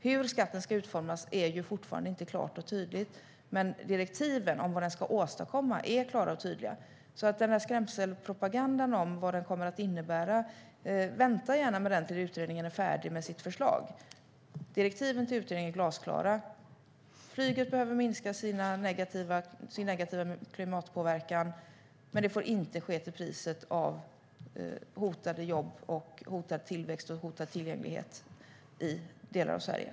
Hur skatten ska utformas är fortfarande inte klart och tydligt, men direktiven om vad skatten ska åstadkomma är klara och tydliga, så vänta gärna med skrämselpropagandan om vad den kommer att innebära tills utredningen är färdig med sitt förslag. Direktiven till utredningen är glasklara: Flyget behöver minska sin negativa klimatpåverkan, men det får inte ske till priset av hotade jobb, hotad tillväxt och hotad tillgänglighet i delar av Sverige.